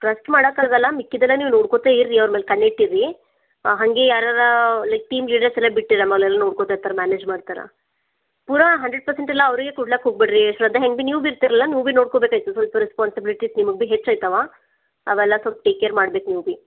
trust ಮಾಡೋಕ್ಕಾಗಲ್ಲ ಮಿಕ್ಕಿದ್ದೆಲ್ಲ ನೀವು ನೋಡ್ಕೋತಾ ಇರ್ರಿ ಅವ್ರ ಮ್ಯಾಲೆ ಕಣ್ಣಿಟ್ಟಿರ್ರಿ ಹಂಗೆ ಯಾರಾರು ಲೈಕ್ ಟೀಮ್ ಲೀಡರ್ಸ್ ಎಲ್ಲಾ ಬಿಟ್ಟಿಲ್ಲಿ ಮೇಲೆಲ್ಲ ನೋಡ್ಕೊಳ್ತಾ ಇರ್ತಾರೆ ಮ್ಯಾನೇಜ್ ಮಾಡ್ತಾರೆ ಪೂರಾ ಹಂಡ್ರೆಡ್ ಪರ್ಸೆಂಟ್ ಎಲ್ಲಾ ಅವರಿಗೆ ಕೊಡ್ಲಾಕೆ ಹೋಗಬೇಡ್ರಿ ಶ್ರದ್ಧಾ ಹೆಂಗು ಭಿ ನೀವು ಭಿ ಇರ್ತೀರಲ್ಲ ನೀವು ಭಿ ನೋಡ್ಕೋಬೇಕಾಗ್ತದ ಸ್ವಲ್ಪ ರೆಸ್ಪಾನ್ಸಿಬಿಲಿಟಿ ನಿಮ್ಗೆ ಬಿ ಹೆಚ್ಚಾಯ್ತವೆ ಅವೆಲ್ಲಾ ಸ್ವಲ್ಪ ಟೇಕ್ ಕ್ಯಾರ್ ಮಾಡಬೇಕು ನೀವು ಭಿ